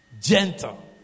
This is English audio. gentle